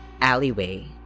alleyway